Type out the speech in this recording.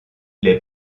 les